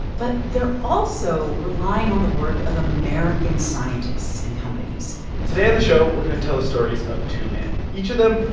but they're also relying on the work of american scientists and companies today on the show, we're going to tell the stories of two men. each of them,